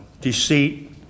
deceit